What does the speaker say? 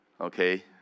Okay